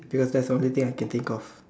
because that's the only thing I can think of